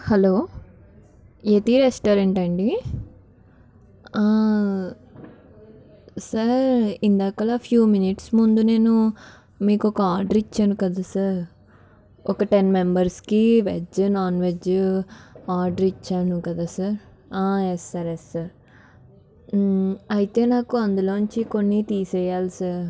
hello ఈతి రెస్టారెంటా అండి సార్ ఇందాకలా ఫ్యూ మినిట్స్ ముందు నేను మీకు ఒక ఆర్డర్ ఇచ్చాను కదా సార్ ఒక టెన్ మెంబెర్స్కి వెజ్ నాన్ వెజ్ ఆర్డర్ ఇచ్చాను కదా sir yes sir yes sir అయితే నాకు అందులోంచి కొన్ని తీసేయాలి సార్